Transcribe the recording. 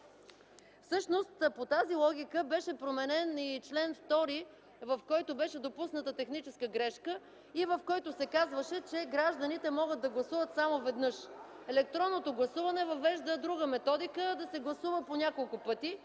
Всъщност по тази логика беше променен и чл. 2, в който беше допусната техническа грешка и в който се казваше, че гражданите могат да гласуват само веднъж. Електронното гласуване въвежда друга методика – да се гласува по няколко пъти.